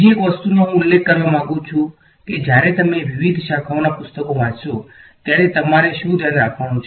બીજી એક વસ્તુનો હું ઉલ્લેખ કરવા માંગુ છું કે જ્યારે તમે વિવિધ શાખાઓના પુસ્તકો વાંચશો ત્યારે તમારી શુ ધ્યાન રાખવાનુ